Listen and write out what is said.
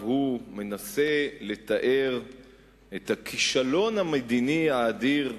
מנסה לתאר את "הכישלון המדיני האדיר",